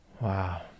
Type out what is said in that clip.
Wow